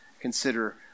consider